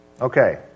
okay